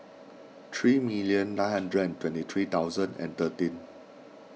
three million nine hundred and twenty three thousand and thirteen